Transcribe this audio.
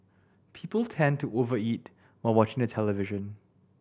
people tend to over eat while watching the television